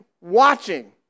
watching